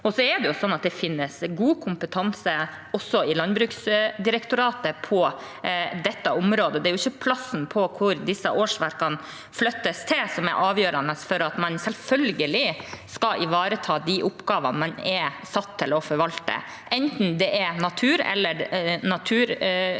Det finnes også god kompetanse i Landbruksdirektoratet på dette området. Det er jo ikke plassen disse årsverkene flyttes til, som er avgjørende for at man selvfølgelig skal ivareta de oppgavene man er satt til å forvalte, enten det er naturspørsmål